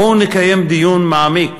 בואו נקיים דיון מעמיק